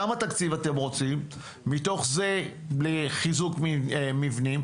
כמה תקציב אתם רוצים מתוך זה לחיזוק מבנים?